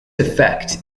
effect